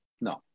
no